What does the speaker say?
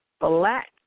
black